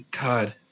God